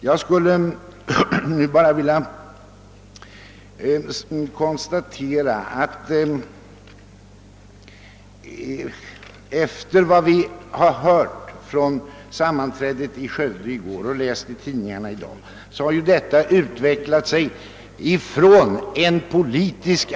Jag slår fast att efter vad vi hört från sammanträdet i Skövde i går och efter vad vi läst i tidningarna i dag har saken utvecklat sig från en politisk affär till en ekonomisk och mänsklig tragedi.